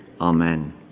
Amen